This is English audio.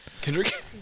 Kendrick